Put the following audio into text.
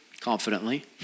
confidently